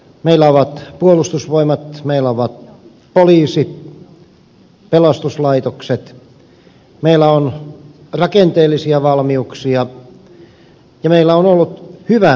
meillä on puolustusvoimat meillä on poliisi pelastuslaitokset meillä on rakenteellisia valmiuksia ja meillä on ollut hyvä väestönsuojavalmius